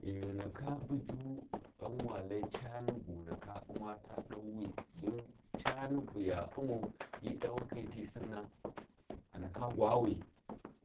Ghi ghu ndaka buju ghan walai cani bu wu ndaka umma ta dauwi cani ta umau hi dawakhi ti Sinna a ndaka gwawi